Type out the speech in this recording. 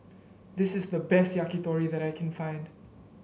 this is the best Yakitori that I can find